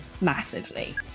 massively